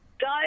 Go